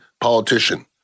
politician